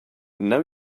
now